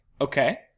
Okay